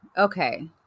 okay